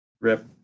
Rip